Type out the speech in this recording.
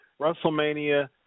WrestleMania